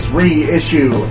reissue